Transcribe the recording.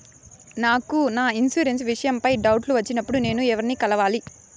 నాకు నా ఇన్సూరెన్సు విషయం పై డౌట్లు వచ్చినప్పుడు నేను ఎవర్ని కలవాలి?